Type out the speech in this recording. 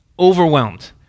overwhelmed